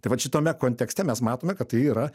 tai vat šitame kontekste mes matome kad tai yra